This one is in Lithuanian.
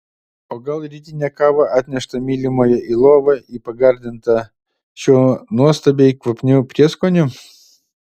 o gal rytinę kavą atneštą mylimojo į lovą į pagardintą šiuo nuostabiai kvapniu prieskoniu